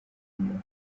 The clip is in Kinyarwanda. w’ingabo